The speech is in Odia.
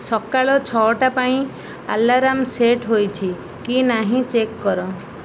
ସକାଳ ଛଅଟା ପାଇଁ ଆଲାର୍ମ ସେଟ୍ ହୋଇଛି କି ନାହିଁ ଚେକ୍ କର